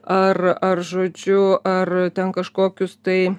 ar ar žodžiu ar ten kažkokius tai